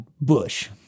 Bush